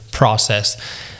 Process